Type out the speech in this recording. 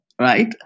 right